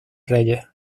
reyes